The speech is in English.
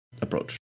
approach